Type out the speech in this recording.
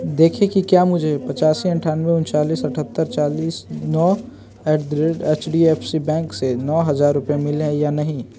देखें कि क्या मुझे आठ पाँच नौ आठ तीन नौ सात आठ चार जीरो नौ at the rate H D F C bank से नौ हज़ार रुपये मिले या नहीं